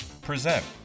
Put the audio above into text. present